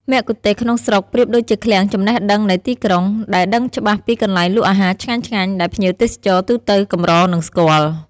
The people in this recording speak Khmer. មគ្គុទ្ទេសក៍ក្នុងស្រុកប្រៀបដូចជាឃ្លាំងចំណេះដឹងនៃទីក្រុង ដែលដឹងច្បាស់ពីកន្លែងលក់អាហារឆ្ងាញ់ៗ ដែលភ្ញៀវទេសចរទូទៅកម្រនឹងស្គាល់។